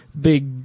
big